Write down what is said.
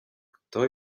kto